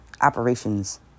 operations